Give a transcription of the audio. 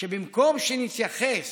שבמקום שנתייחס